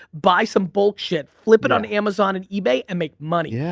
buy some bullshit, flip it on amazon and ebay and make money. yeah